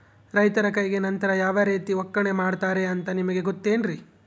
ರೈತರ ಕೈಗೆ ನಂತರ ಯಾವ ರೇತಿ ಒಕ್ಕಣೆ ಮಾಡ್ತಾರೆ ಅಂತ ನಿಮಗೆ ಗೊತ್ತೇನ್ರಿ?